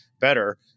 better